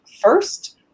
first